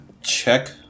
check